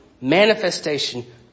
manifestation